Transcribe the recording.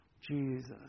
Jesus